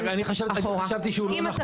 אני חשבתי שהוא לא נכון.